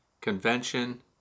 convention